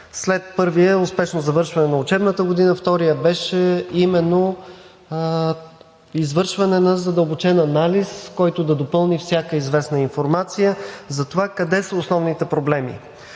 След първия – успешно завършване на учебната година, вторият беше именно извършване на задълбочен анализ, който да допълни всяка известна информация за това къде са основните проблеми.